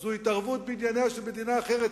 זאת התערבות בענייניה של מדינה אחרת,